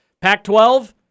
Pac-12